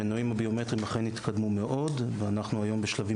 המנועים הביומטריים אכן התקדמו מאוד ואנחנו היום בשלבים